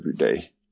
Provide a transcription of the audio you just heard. everyday